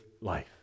life